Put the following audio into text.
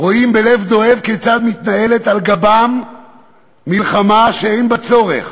רואים בלב דואב כיצד מתנהלת על גבם מלחמה שאין בה צורך